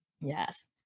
Yes